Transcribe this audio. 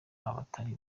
abatari